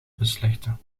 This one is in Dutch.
beslechten